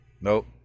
nope